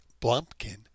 blumpkin